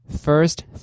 First